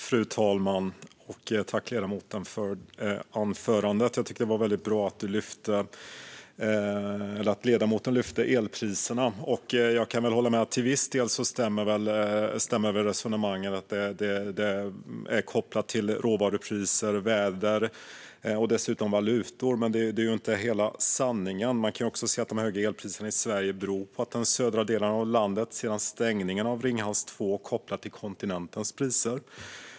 Fru talman! Jag tackar ledamoten för anförandet. Det var bra att ledamoten lyfte upp elpriserna. Jag kan hålla med om att resonemangen stämmer till viss del. Det är kopplat till råvarupriser, väder och dessutom valutor, men det är inte hela sanningen. Man kan också se att de höga elpriserna i Sverige beror på att de södra delarna av landet sedan stängningen av Ringhals 2 är kopplade till kontinentens priser.